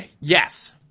Yes